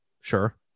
sure